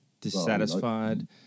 dissatisfied